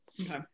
Okay